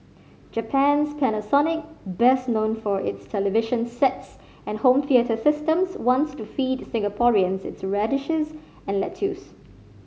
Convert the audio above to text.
Japan's Panasonic best known for its television sets and home theatre systems wants to feed Singaporeans its radishes and lettuce